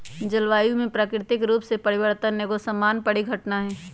जलवायु में प्राकृतिक रूप से परिवर्तन एगो सामान्य परिघटना हइ